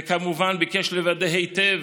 וכמובן ביקש לוודא היטב